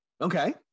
Okay